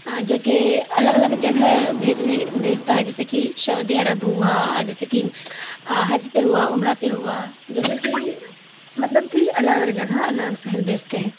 جو کہ الگ الگ جگہ بھیجنے بھیجتا ہے جیسے کہ شعودی عڑب ہوا جیسا کہ حج پہ ہوا عمرہ پہ ہوا جیسا کہ مطلب کہ الگ الگ جگہ الگ شہر بھیجتے ہیں